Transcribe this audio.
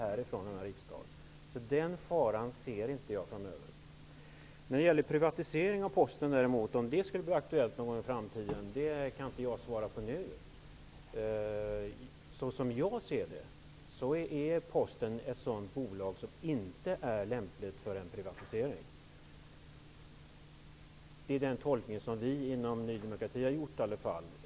Där ser jag således ingen fara framöver. Om en privatisering av Posten skulle bli aktuell i framtiden kan inte jag säga nu. Som jag ser saken är Posten ett sådant bolag som inte är lämpligt för privatisering. Det är i varje fall den tolkning som vi i Ny demokrati gör.